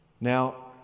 Now